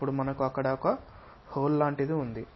ఇప్పుడు మనకు అక్కడ హోల్ లాంటిది ఉంది